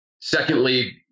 Secondly